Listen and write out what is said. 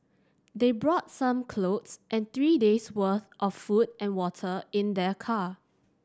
they brought some clothes and three days' worth of food and water in their car